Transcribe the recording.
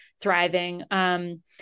thriving